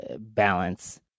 balance